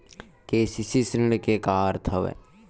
KCC ऋण के का अर्थ हवय?